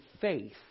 faith